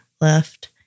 left